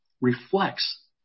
reflects